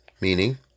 Meaning